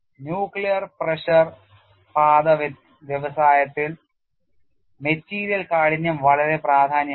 nuclear pressure പാത്ര വ്യവസായത്തിൽ material കാഠിന്യം വളരെ പ്രധാനമാണ്